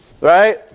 Right